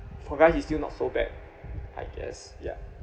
for guys it's still not so bad I guess ya